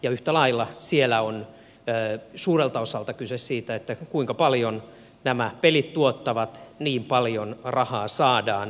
yhtä lailla siellä on suurelta osalta kyse siitä että kuinka paljon nämä pelit tuottavat niin paljon rahaa saadaan